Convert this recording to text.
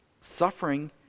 Suffering